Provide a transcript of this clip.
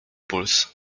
puls